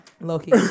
Loki